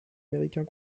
américain